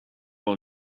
will